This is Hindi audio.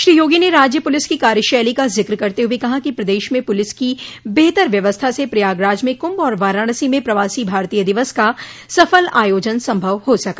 श्री योगी ने राज्य पुलिस की कार्यशैली का जिक्र करते हुए कहा कि प्रदेश में पुलिस की बेहतर व्यवस्था से प्रयागराज में कुंभ और वाराणसी में प्रवासी भारतीय दिवस का सफल आयोजन संभव हो सका